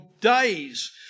days